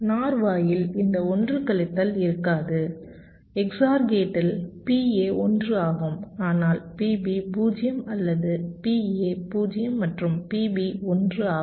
NOR வாயில் இந்த 1 கழித்தல் இருக்காது XOR கேட்டில் PA 1 ஆகும் ஆனால் PB 0 அல்லது PA 0 மற்றும் PB 1 ஆகும்